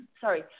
sorry